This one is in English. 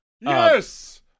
Yes